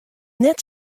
net